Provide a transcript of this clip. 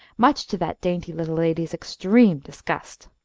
much to that dainty little lady's extreme disgust.